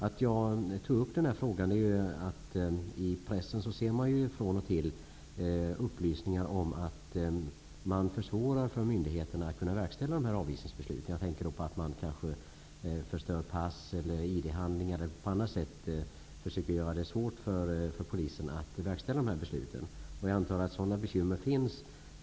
Att jag tog upp denna fråga beror på att vi i pressen från och till ser upplysningar om att man försvårar för myndigheterna att verkställa dessa avvisningsbeslut. Jag tänker då på att man kanske förstör pass eller ID-handlingar eller på annat sätt försöker göra det svårt för polisen att verkställa dessa beslut. Jag antar att sådana bekymmer finns.